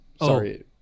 Sorry